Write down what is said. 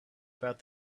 about